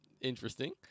Interesting